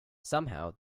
somehow